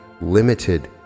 limited